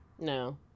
No